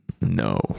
no